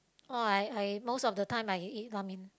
oh like I most of the time I will eat lah mian